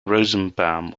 rosenbaum